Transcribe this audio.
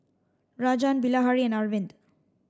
Rajan Bilahari and Arvind